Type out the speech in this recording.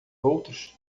outros